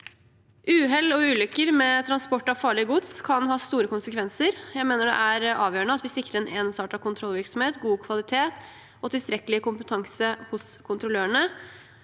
Uhell og ulykker med transport av farlig gods kan ha store konsekvenser. Jeg mener det er avgjørende at vi sikrer en ensartet kontrollvirksomhet, god kvalitet og tilstrekkelig kompetanse hos kontrollørene.